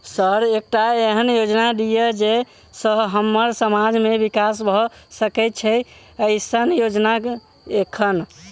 Sir एकटा एहन योजना दिय जै सऽ हम्मर समाज मे विकास भऽ सकै छैय एईसन योजना एखन?